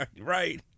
Right